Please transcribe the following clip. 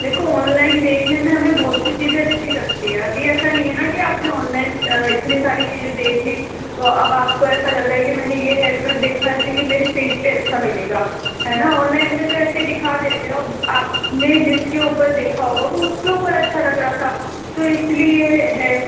देखो ऑनलाइन देखने में हमे बहुत सी चीज़े अच्छी लगती है अभी ऐसा नहीं है न की आपने ऑनलाइन इतनी सारी चीज़े देख ली तो अब आपको ऐसा लग रहा है की मैंने यह हेअरकट देखा है तो यह मेरे फेस पर अच्छा लगेगा है न ऑनलाइन में तो ऐसे ही दिखा देते है अब आपने जिसके ऊपर देखा होगा वो उसके ऊपर अच्छा लग रहा था तो इसलिए है